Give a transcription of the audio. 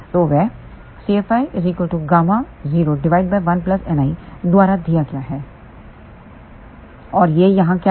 तो वह द्वारा दिया गया है और यह यहाँ क्या है